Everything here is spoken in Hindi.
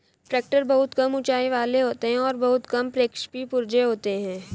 ट्रेक्टर बहुत कम ऊँचाई वाले होते हैं और बहुत कम प्रक्षेपी पुर्जे होते हैं